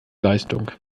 leistung